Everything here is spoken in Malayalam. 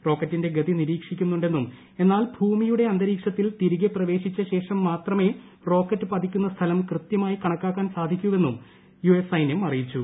റോക്കറ്റിന്റെ ഗതി നിരീക്ഷിക്കുന്നുണ്ടെന്നും എന്നാൽ ഭൂമിയുടെ അന്തരീക്ഷത്തിൽ തിരികെ പ്രവേശിച്ച ശേഷം മാത്രമേ റോക്കറ്റ് പൃതിക്കുന്ന സ്ഥലം കൃത്യമായി കണക്കാക്കാൻ സാധിക്കുക്പ്പെന്നും യു എസ് സൈന്യം അറിയിച്ചു